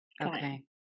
Okay